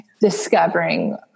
discovering